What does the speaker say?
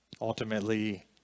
Ultimately